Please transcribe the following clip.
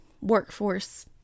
workforce